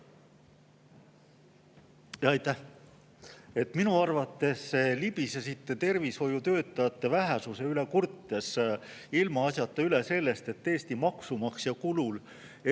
Aitäh! Minu arvates te libisesite tervishoiutöötajate vähesuse üle kurtes ilmaasjata üle sellest, et Eesti maksumaksja kulul